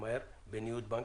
מה שאתם